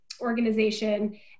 organization